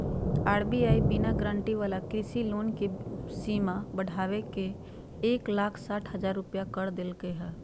RBI बिना guarantee वाला कृषि लोन के सीमा बढ़ाके एक लाख साठ हजार रुपया कर देलके हें